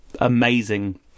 amazing